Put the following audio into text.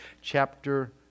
chapter